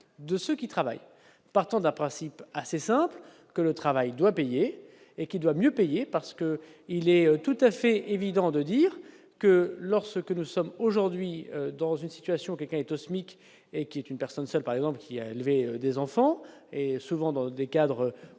de ceux qui travaillent, partant d'un principe assez simple, que le travail doit payer et qui doit mieux payés parce que il est tout à fait évident de dire. Que leur ce que nous sommes aujourd'hui dans une situation qui est au SMIC et qui est une personne seule, par exemple, qui a élevé des enfants, et souvent dans des cadres